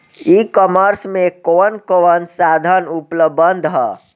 ई कॉमर्स में कवन कवन साधन उपलब्ध ह?